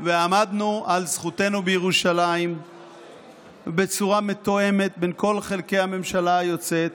ועמדנו על זכותנו בירושלים בצורה מתואמת בין כל חלקי הממשלה היוצאת.